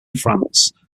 france